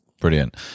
Brilliant